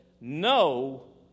No